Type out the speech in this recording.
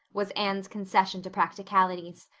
was anne's concession to practicalities.